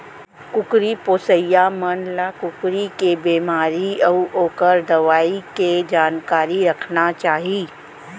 कुकरी पोसइया मन ल कुकरी के बेमारी अउ ओकर दवई के जानकारी रखना चाही